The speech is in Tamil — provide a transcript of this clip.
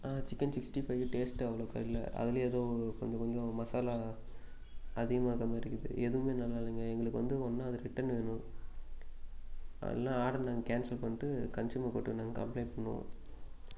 சிக்கன் சிக்ஸ்டி ஃபைவ் டேஸ்ட்டு அவ்ளோக்கா இல்லை அதில் ஏதோ கொஞ்சம் கொஞ்சம் மசாலா அதிகமாக இருக்கிற மாதிரி இருக்குது எதுவுமே நல்லா இல்லைங்க எங்களுக்கு வந்து ஒன்று அது ரிட்டன் வேணும் இல்லைன்னா ஆர்டரை நாங்கள் கேன்ஸல் பண்ணிட்டு கன்ஸ்யூமர் கோர்ட்டில் நாங்கள் கம்பளைண்ட் பண்ணுவோம்